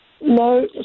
no